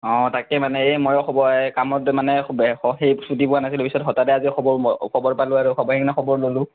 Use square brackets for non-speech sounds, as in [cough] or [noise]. অঁ তাকে মানে এই মই খবৰ কামত মানে [unintelligible] ছুটি পোৱা নাছিলোঁ পিছত হঠাতে আজি খবৰ [unintelligible] খবৰ পালোঁ আৰু সেইকাৰণে খবৰ ল'লোঁ